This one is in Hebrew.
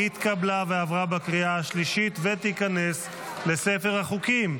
התקבלה ועברה בקריאה השלישית ותיכנס לספר החוקים.